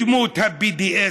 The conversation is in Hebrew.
בדמות ה-BDS.